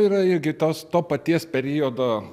yra irgi tos to paties periodo